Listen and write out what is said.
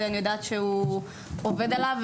שאני יודעת שמשרד הספורט עובד עליו.